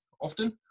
often